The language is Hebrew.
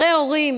הרי הורים